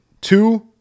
two